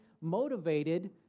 motivated